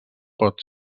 pot